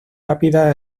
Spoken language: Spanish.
rápida